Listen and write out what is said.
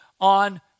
on